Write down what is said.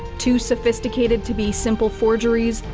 too sophisticated to be simple forgaries,